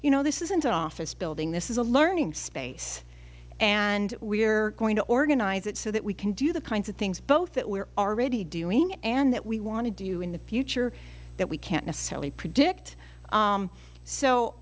you know this isn't an office building this is a learning space and we're going to organize it so that we can do the kinds of things both that we're already doing and that we want to do in the future that we can't necessarily